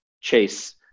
chase